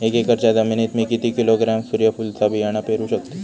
एक एकरच्या जमिनीत मी किती किलोग्रॅम सूर्यफुलचा बियाणा पेरु शकतय?